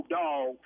dog